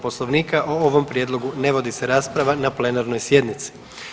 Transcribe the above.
Poslovnika o ovom prijedlogu ne vodi se rasprava na plenarnoj sjednici.